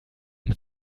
mit